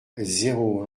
zéro